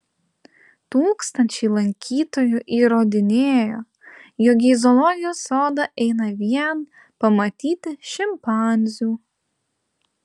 tūkstančiai lankytojų įrodinėjo jog į zoologijos sodą eina vien pamatyti šimpanzių